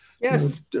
Yes